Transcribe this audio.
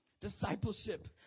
discipleship